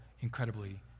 incredibly